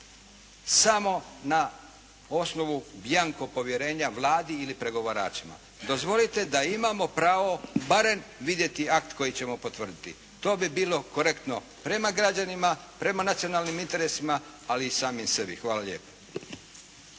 samo na osnovu bjanco povjerenja Vladi ili pregovaračima. Dozvolite da imamo pravo barem vidjeti akt koji ćemo potvrditi. To bi bilo korektno prema građanima, prema nacionalnim interesima, ali i sami sebi. Hvala lijepa.